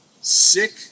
sick